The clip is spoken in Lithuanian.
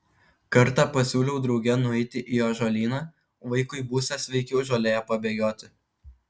kartą pasiūliau drauge nueiti į ąžuolyną vaikui būsią sveikiau žolėje pabėgioti